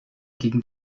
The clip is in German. ging